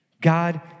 God